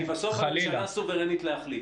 כי בסוף, הממשלה סוברנית להחליט.